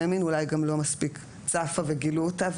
מין ואולי גם לא מספיק צפה וגילו אותה,